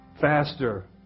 Faster